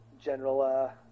general